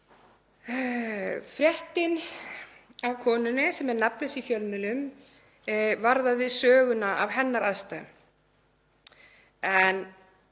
Fréttin af konunni, sem er nafnlaus í fjölmiðlum, varðaði söguna af hennar aðstæðum. En